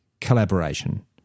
collaboration